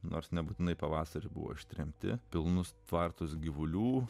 nors nebūtinai pavasarį buvo ištremti pilnus tvartus gyvulių